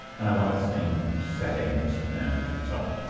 and i want the same settings and so on.